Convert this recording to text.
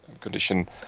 condition